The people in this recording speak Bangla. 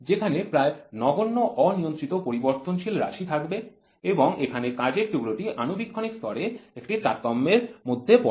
যেখানে প্রায় নগণ্য অনিয়ন্ত্রিত পরিবর্তনশীল রাশি থাকবে এবং এখানে কাজের টুকরোটি আণুবীক্ষণিক স্তরে একটি তারতম্যের মধ্যে পরে